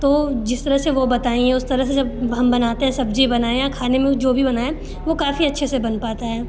तो जिस तरह से वो बताई है उस तरह से जब हम बनाते हैं सब्ज़ी बनाए या खाने में जो भी बनाया वो काफ़ी अच्छे से बन पाता है